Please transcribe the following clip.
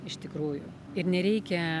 iš tikrųjų ir nereikia